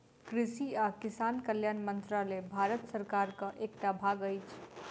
कृषि आ किसान कल्याण मंत्रालय भारत सरकारक एकटा भाग अछि